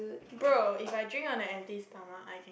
bro if I drink on an empty stomach I can